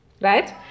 right